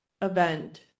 event